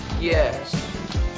Yes